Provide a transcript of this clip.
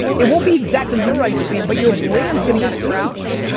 it won't be exactly your ice cream, but your brand is gonna get huge.